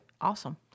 awesome